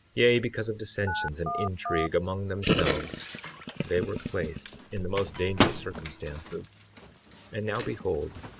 yea, because of dissensions and intrigue among themselves they were placed in the most dangerous circumstances and now behold,